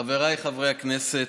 חבריי חברי הכנסת,